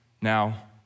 now